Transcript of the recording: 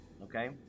Okay